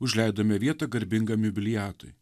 užleidome vietą garbingam jubiliatui